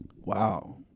Wow